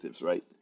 right